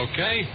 Okay